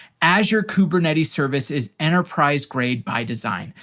azure kubernetes service is enterprise grade by design.